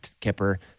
Kipper